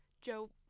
Joe